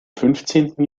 fünfzehnten